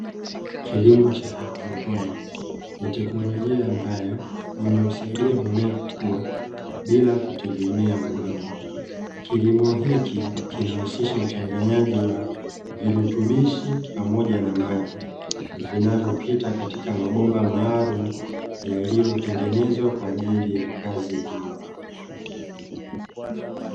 Kilimo cha haidroponi. Ni teknolojia ambayo inasaidia mmea kukuwa bila kutegemea udongo. Kilimo hiki kinahusisha uchanganyaji wa virutubishi pamoja na maji, vinavyopita katika mabomba maalumu yaliyotengenezwa kwa ajili ya kazi hiyo.